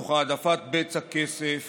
תוך העדפת בצע כסף